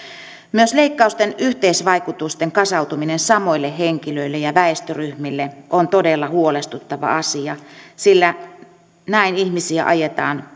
myös leikkausten yhteisvaikutusten kasautuminen samoille henkilöille ja väestöryhmille on todella huolestuttava asia sillä näin ihmisiä ajetaan